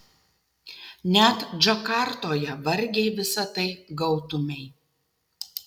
net džakartoje vargiai visa tai gautumei